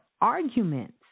arguments